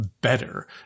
better